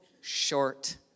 short